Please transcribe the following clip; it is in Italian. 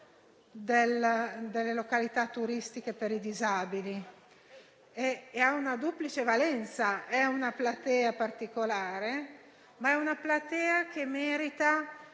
delle località turistiche da parte dei disabili. Questo ha una duplice valenza: è una platea particolare, ma è una platea che merita